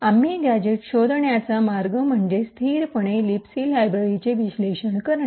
आम्ही गॅझेट्स शोधण्याचा मार्ग म्हणजे स्थिरपणे लिबसी लायब्ररीचे विश्लेषण करणे